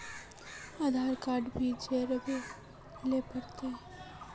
आधार card भी जोरबे ले पड़ते?